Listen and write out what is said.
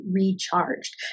recharged